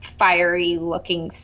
fiery-looking